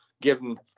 given